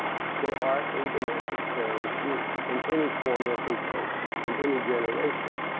they are a domestic terrorist group in any form that they take, in any generation.